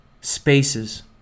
Spaces